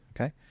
okay